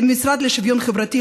למשרד לשוויון חברתי,